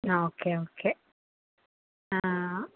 ആ okay okay ആ